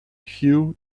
hugh